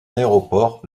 aéroport